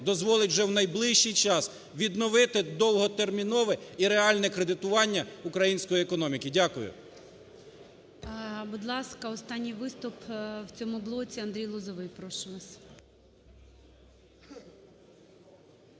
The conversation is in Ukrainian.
дозволить вже в найближчий час відновити довготермінове і реальне кредитування української економіки. Дякую.